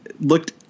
looked